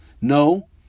No